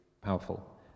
powerful